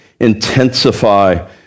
intensify